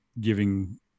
giving